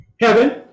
heaven